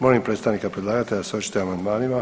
Molim predstavnike predlagatelja da se očituje o amandmanima.